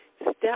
step